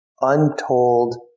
untold